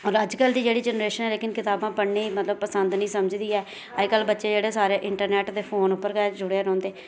और अजकल दी जेहड़ी जनरेशन ऐ लेकिन किताबा़ पढ़ने गी मतलब पसंद नेईं समझदी ऐ अजकल बच्चे जेहडे़ सारे इंटरनेट ते फोन उप्पर गै जुडे़दे रौहंदे